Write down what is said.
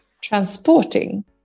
transporting